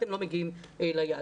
אתם לא מגיעים ליעדים.